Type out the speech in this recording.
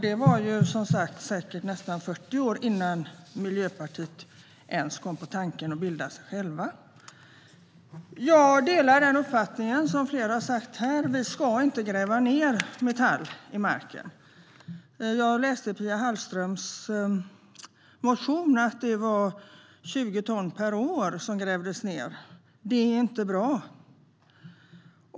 Det var säkert nästan 40 år innan Miljöpartiet ens kom på tanken att bilda sig självt. Jag delar den uppfattning som flera har framfört här. Vi ska inte gräva ned metall i marken. Jag läste i Pia Hallströms motion att det var 20 ton per år som grävdes ned. Det är inte bra.